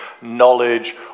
knowledge